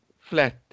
flat